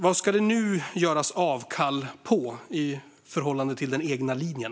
Vad ska det nu göras avkall på i förhållande till den egna linjen?